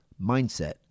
mindset